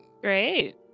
Great